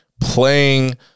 playing